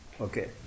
Okay